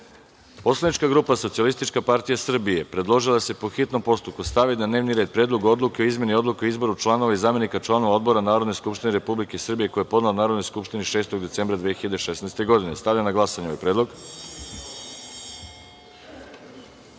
predlog. Poslanička grupa Socijalistička partija Srbije predložila je da se, po hitnom postupku, stavi na dnevni red – Predlog odluke o izmenama Odluke o izboru članova i zamenika članova odbora Narodne skupštine Republike Srbije, koji je podnela Narodnoj skupštini 6. decembra 2016. godine. Stavljam na glasanje ovaj